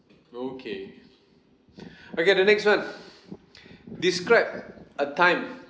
okay okay the next one describe a time